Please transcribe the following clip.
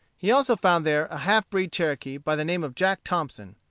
he also found there a half-breed cherokee, by the name of jack thompson.